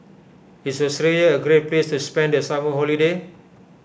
is Austria a great place to spend the summer holiday